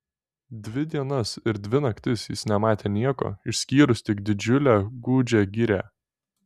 dvi dienas ir dvi naktis jis nematė nieko išskyrus tik didžiulę gūdžią girią